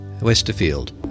Westerfield